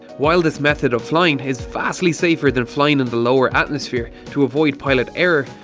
while this method of flying is vastly safer than flying in the lower atmosphere, to avoid pilot error,